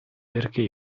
perché